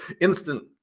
instant